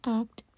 act